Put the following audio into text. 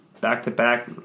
back-to-back